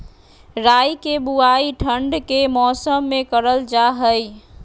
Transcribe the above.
राई के बुवाई ठण्ड के मौसम में करल जा हइ